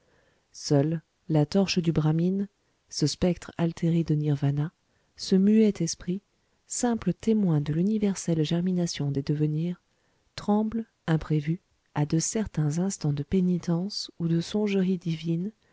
seule la torche du brahmine ce spectre altéré de nirvanah ce muet esprit simple témoin de l'universelle germination des devenirs tremble imprévue à de certains instants de pénitence ou de songeries divines